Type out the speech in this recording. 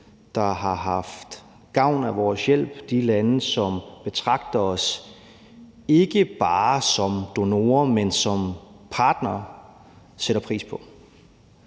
der har haft gavn af vores hjælp, de lande, som betragter os ikke bare som donorer, men som partnere, sætter pris på.